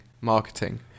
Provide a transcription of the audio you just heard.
marketing